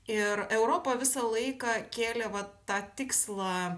ir europa visą laiką kėlė vat tą tikslą